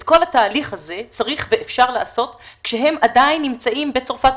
את כל התהליך הזה צריך ואפשר לעשות כשהם נמצאים עדיין בצרפת,